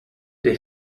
der